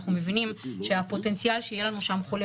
אנחנו מבינים שהפוטנציאל שיהיה לנו שם חולה